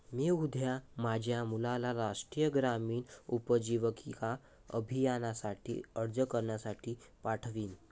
मी उद्या माझ्या मुलाला राष्ट्रीय ग्रामीण उपजीविका अभियानासाठी अर्ज करण्यासाठी पाठवीन